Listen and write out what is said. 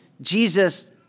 Jesus